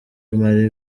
marie